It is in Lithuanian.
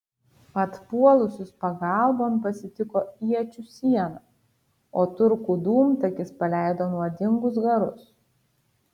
atpuolusius pagalbon pasitiko iečių siena o turkų dūmtakis paleido nuodingus garus